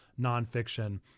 nonfiction